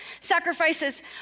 sacrifices